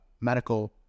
medical